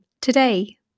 today